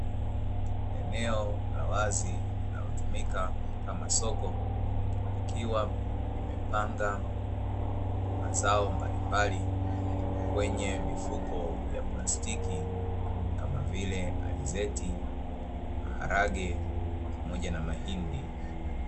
Eneo la wazi linalotumika kama soko, likiwa limepanga mazao mbalimbali kwenye mifuko ya plastiki, kama vile: alizeti, maharage pamoja na mahindi.